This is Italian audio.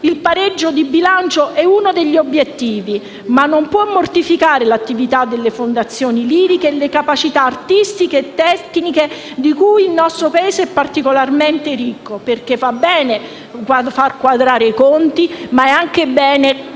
Il pareggio di bilancio è uno degli obiettivi, ma non può mortificare l'attività delle fondazioni liriche e le capacità artistiche e tecniche di cui il nostro Paese è particolarmente ricco, perché è positivo far quadrare i conti, ma è anche bene dire